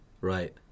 Right